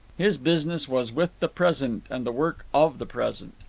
his business was with the present and the work of the present.